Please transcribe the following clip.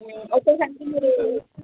ఒకసారి మీరు